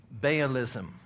Baalism